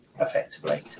effectively